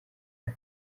iki